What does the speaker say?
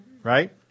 Right